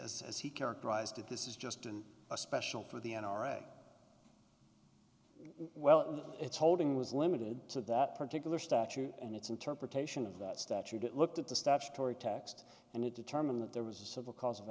as he characterized it this is just in a special for the n r a well it's holding was limited to that particular statute and its interpretation of that statute it looked at the statutory text and it determined that there was a civil cause of